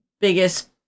biggest